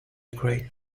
great